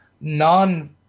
non